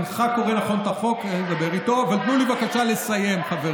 אבל צריך לשים לב שהחוק